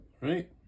Right